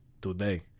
today